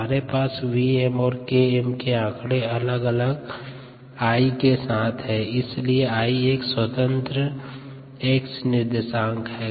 हमारे पास Vm और Km के आंकड़े अलग अलग I के साथ है इसलिए I एक स्वतन्त्र x निर्देशांक है